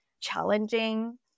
challenging